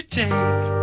take